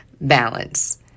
balance